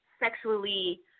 sexually